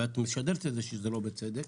ואת משדרת שזה לא בצדק,